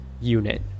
unit